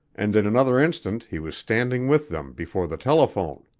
and in another instant he was standing with them before the telephone.